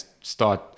start